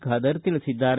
ಖಾದರ್ ತಿಳಿಸಿದ್ದಾರೆ